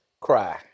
Cry